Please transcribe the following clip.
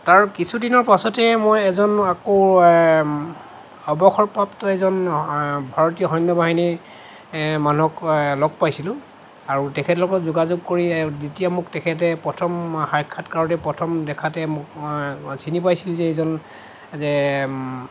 তাৰ কিছুদিনৰ পাছতে মই এজন আকৌ অৱসৰপ্ৰাপ্ত এজন ভাৰতীয় সৈন্য বাহিনীৰ মানুহক লগ পাইছিলোঁ আৰু তেখেতৰ লগত যোগাযোগ কৰি যেতিয়া মোক তেখেতে প্ৰথম সাক্ষাৎকাৰতে প্ৰথম দেখাতে মোক চিনি পাইছিল এইজন যে